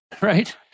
right